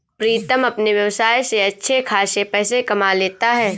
प्रीतम अपने व्यवसाय से अच्छे खासे पैसे कमा लेता है